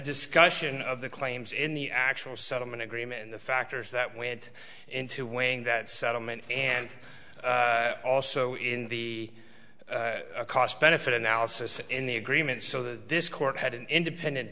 discussion of the claims in the actual settlement agreement and the factors that went into winning that settlement and also in the cost benefit analysis in the agreement so this court had an independent